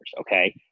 okay